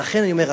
ולכן אני אומר,